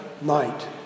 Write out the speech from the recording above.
night